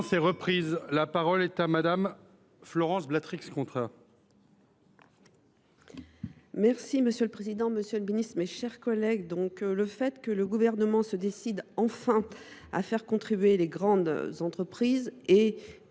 La parole est à Mme Florence Blatrix Contat.